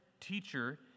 teacher